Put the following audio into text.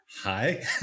hi